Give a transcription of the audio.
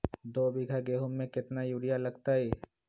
दो बीघा गेंहू में केतना यूरिया लगतै?